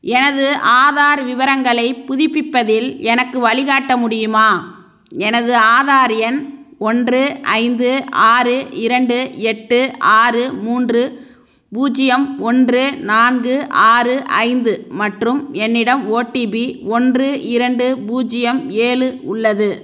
எனது ஆதார் விவரங்களை புதிப்பிப்பதில் எனக்கு வழிகாட்ட முடியுமா எனது ஆதார் எண் ஒன்று ஐந்து ஆறு இரண்டு எட்டு ஆறு மூன்று பூஜ்ஜியம் ஒன்று நான்கு ஆறு ஐந்து மற்றும் என்னிடம் ஓடிபி ஒன்று இரண்டு பூஜ்ஜியம் ஏழு உள்ளது